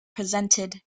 presented